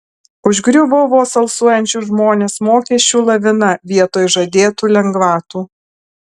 užgriuvo vos alsuojančius žmones mokesčių lavina vietoj žadėtų lengvatų